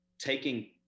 taking